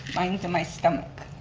mine's in my stomach.